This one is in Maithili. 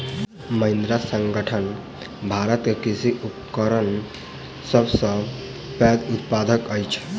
महिंद्रा संगठन भारत में कृषि उपकरणक सब सॅ पैघ उत्पादक अछि